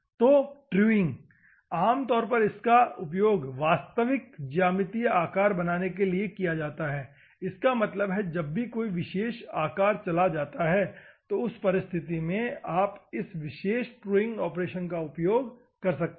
तो ट्रूइंग आम तौर पर इसका उपयोग वास्तविक ज्यामितीय आकार बनाने के लिए किया जाता है इसका मतलब है जब भी कोई विशेष आकार चला जाता है तो उस परिस्थिति में आप इस विशेष ट्रूइंग ऑपरेशन का उपयोग कर सकते हैं